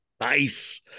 Nice